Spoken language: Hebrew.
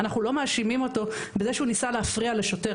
אנחנו לא מאשימים אותו בזה שהוא ניסה להפריע לשוטר,